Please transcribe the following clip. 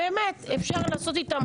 באמת, אפשר לעשות איתם כל מיני דברים.